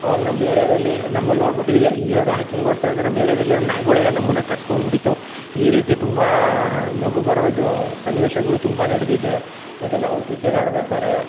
ಅವಾಗ ನಮ್ಮ ಏರಿಯಾದಲ್ಲಿ ನಮ್ಮನ್ನು ನೋಡ್ಬಿಟ್ಟು ಇವ್ರು ಯಾಕಿಂಗೆ ಓಡ್ತಾರೆ ಅಂತ ನಮ್ಮ ಏರಿಯಾದಲ್ಲಿರೊ ನಾಯಿಗಳೆಲ್ಲ ನಮ್ಮನ್ನು ಅಟ್ಟಾಡಿಸ್ಕೊಂಡ್ ಬಂದುಬಿಟ್ಟಿತ್ತು ಈ ರೀತಿ ತುಂಬಾ ನಗು ಬರೋದು ಸನ್ನಿವೇಶಗಳು ತುಂಬ ನಡೆದಿದೆ ಮತ್ತು ನಾವು ಕ್ರಿಕೆಟ್ ಆಡ್ಬೇಕಾರೆ